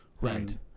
right